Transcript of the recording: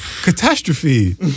catastrophe